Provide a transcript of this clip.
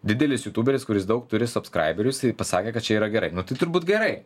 didelis jutūberis kuris daug turi subskraiberių jisai pasakė kad čia yra gerai nu tai turbūt gerai